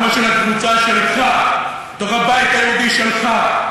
כמו של הקבוצה שלך בתוך הבית היהודי שלך,